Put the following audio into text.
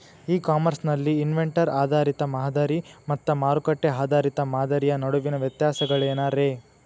E commerce ನಲ್ಲಿ inventory ಆಧಾರಿತ ಮಾದರಿ ಮತ್ತ ಮಾರುಕಟ್ಟೆ ಆಧಾರಿತ ಮಾದರಿಯ ನಡುವಿನ ವ್ಯತ್ಯಾಸಗಳೇನ ರೇ?